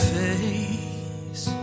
face